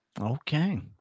Okay